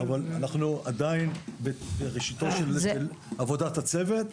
אבל אנחנו עדיין בראשיתה של עבודת הצוות.